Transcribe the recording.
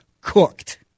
cooked